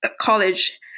college